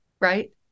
right